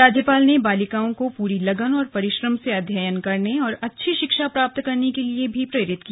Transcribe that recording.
राज्यपाल ने बालिकाओं को पूरी लगन और परिश्रम से अध्ययन करने और अच्छी शिक्षा प्राप्त करने के लिए प्रेरित किया